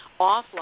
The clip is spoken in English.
offline